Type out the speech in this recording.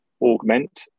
augment